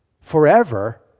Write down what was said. Forever